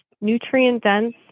nutrient-dense